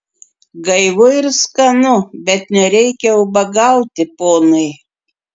gaivu ir skanu bet nereikia ubagauti ponai